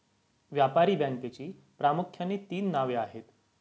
व्यापारी बँकेची प्रामुख्याने तीन नावे आहेत